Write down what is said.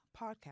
podcast